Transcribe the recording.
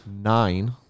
nine